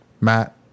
Matt